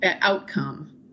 outcome